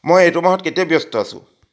মই এইটো মাহত কেতিয়া ব্যস্ত আছো